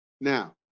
Now